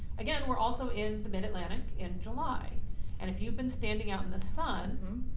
again, we're also in the mid-atlantic in july and if you've been standing out in the sun,